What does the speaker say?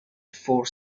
four